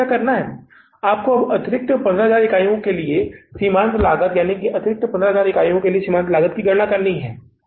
तो आपको क्या करना है हमें अब अतिरिक्त 15000 इकाइयों के लिए सीमांत लागत अतिरिक्त 15000 इकाइयों के लिए सीमांत लागत की गणना करनी होगी